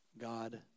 God